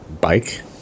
Bike